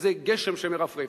איזה גשם שמרפרף.